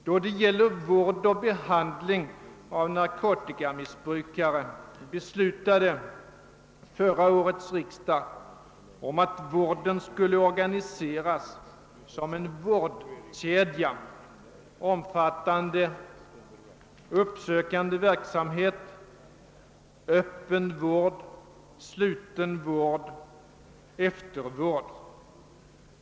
Då det gäller vård och behandling av narkotikamissbrukare beslutade förra årets riksdag att vården skulle organi seras som en vårdkedja omfattande uppsökande verksamhet, öppen vård, sluten vård och eftervård.